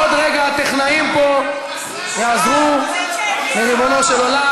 עוד רגע הטכנאים פה יעזרו לריבונו של עולם,